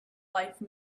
life